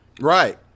right